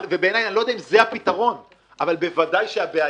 בעיניי אני לא יודע אם זה הפתרון אבל בוודאי שהבעיה